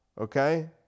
okay